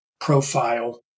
profile